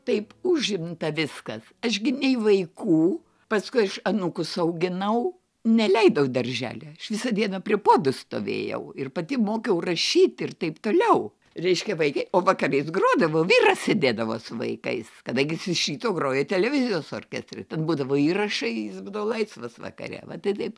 taip užimta viskas aš gi nei vaikų paskui aš anūkus auginau neleidau į darželį visą dieną prie puodų stovėjau ir pati mokiau rašyti ir taip toliau reiškia vaikai o vakarais grodavau vyras sėdėdavo su vaikais kadangi jis iš ryto groja televizijos orkestre ten būdavo įrašai jis būdavo laisvas vakare va ir taip